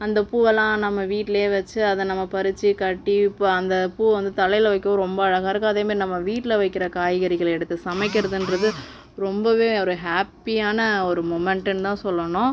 அந்த பூவெல்லாம் நம்ப வீட்லியே வச்சு அதை நம்ப பறித்து கட்டி இப்போ அந்த பூவை வந்து தலையில் வைக்க ரொம்ப அழகாகருக்கு அதே மாதிரி நம்ப வீட்டில் வைக்கிற காய்கறிகளை எடுத்து சமைக்கிறதின்றது ரொம்பவே ஒரு ஹாப்பியான ஒரு முமெண்டுன்னு தான் சொல்லனும்